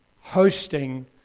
hosting